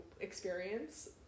experience